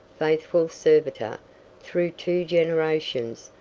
faithful servitor through two generations,